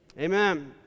amen